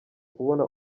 kubona